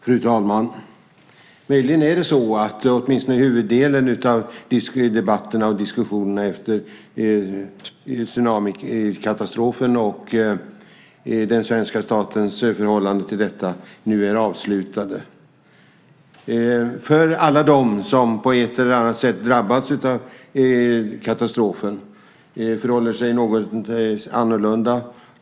Fru talman! Möjligen är det så att åtminstone huvuddelen av debatterna och diskussionerna efter tsunamikatastrofen och den svenska statens förhållande till detta nu är avslutad. För alla dem som på ett eller annat sätt drabbats av katastrofen förhåller det sig något annorlunda.